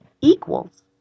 equals